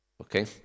okay